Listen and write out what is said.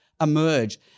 emerge